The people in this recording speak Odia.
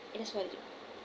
ଏଇଟା ସାରିଲା